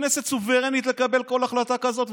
הכנסת סוברנית לקבל כל החלטה כזאת,